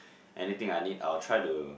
anything I need I would try to